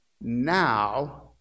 Now